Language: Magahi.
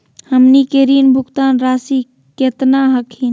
हमनी के ऋण भुगतान रासी केतना हखिन?